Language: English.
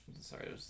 sorry